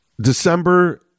December